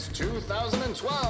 2012